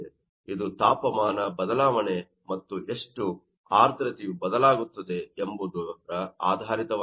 ಇದು ತಾಪಮಾನ ಬದಲಾವಣೆ ಮತ್ತು ಎಷ್ಟು ಆರ್ದ್ರತೆಯು ಬದಲಾಗುತ್ತದೆ ಎಂಬುದರ ಆಧಾರಿತವಾಗಿರುತ್ತದೆ